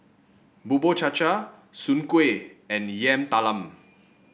Bubur Cha Cha Soon Kuih and Yam Talam